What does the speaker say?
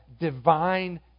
divine